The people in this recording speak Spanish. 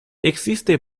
existe